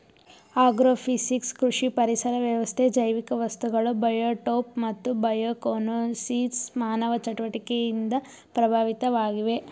agrophysics ಕೃಷಿ ಪರಿಸರ ವ್ಯವಸ್ಥೆ ಜೈವಿಕ ವಸ್ತುಗಳು ಬಯೋಟೋಪ್ ಮತ್ತು ಬಯೋಕೋನೋಸಿಸ್ ಮಾನವ ಚಟುವಟಿಕೆಯಿಂದ ಪ್ರಭಾವಿತವಾಗಿವೆ